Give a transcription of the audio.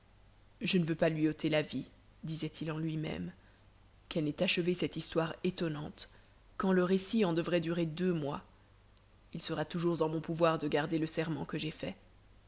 je ne veux pas lui ôter la vie disait-il en lui-même qu'elle n'ait achevé cette histoire étonnante quand le récit en devrait durer deux mois il sera toujours en mon pouvoir de garder le serment que j'ai fait